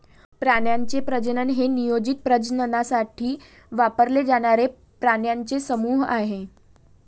प्राण्यांचे प्रजनन हे नियोजित प्रजननासाठी वापरले जाणारे प्राण्यांचे समूह आहे